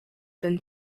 been